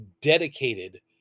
dedicated